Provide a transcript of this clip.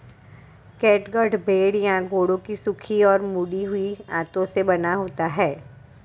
catgut भेड़ या घोड़ों की सूखी और मुड़ी हुई आंतों से बना होता है